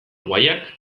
guayak